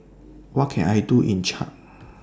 What Can I Do in Chad